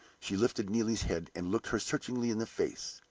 she lifted neelie's head, and looked her searchingly in the face.